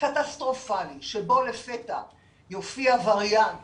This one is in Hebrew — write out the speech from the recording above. קטסטרופלי שבו לפתע יופיע וריאנט